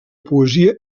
poesia